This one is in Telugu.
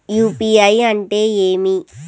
యు.పి.ఐ అంటే ఏమి?